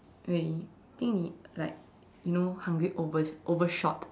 okay think like you know hungry over overshot